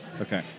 Okay